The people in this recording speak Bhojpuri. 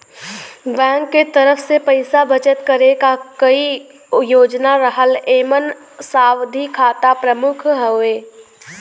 बैंक के तरफ से पइसा बचत करे क कई योजना रहला एमन सावधि खाता प्रमुख हउवे